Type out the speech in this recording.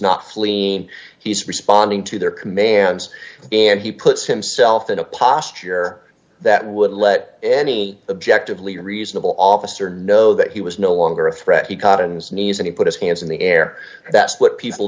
not fleeing he's responding to their commands and he puts himself in a posture that would let any objective lead a reasonable officer know that he was no longer a threat he caught and sneezing he put his hands in the air that's what people